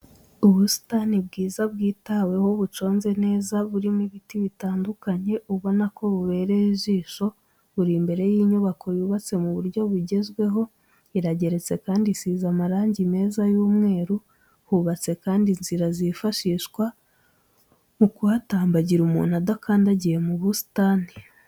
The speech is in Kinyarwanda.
Ubusitani bwiza bwitaweho buconze neza burimo ibiti bitandukanye, ubona ko bubereye ijisho, buri imbere y'inyubako yubatse mu buryo bugezweho irageretse kandi isize amarangi meza y'umweru, hubatse kandi inzira zifashishwa mu kuhatambagira umuntu adakandagiye mu busitani.